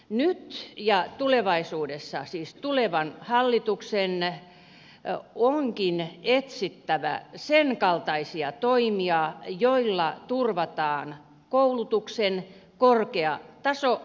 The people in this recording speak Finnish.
nyt ja tulevaisuudessa siis tulevan hallituksen onkin etsittävä senkaltaisia toimia joilla turvataan koulutuksen korkea taso ja saatavuus